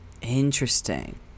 Interesting